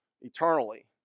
eternally